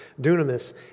Dunamis